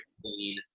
clean